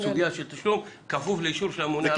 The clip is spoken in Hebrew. סוגיה של תשלום, כפוף לאישור של הממונה על השכר.